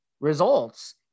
results